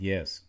Yes